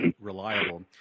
reliable